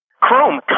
Chrome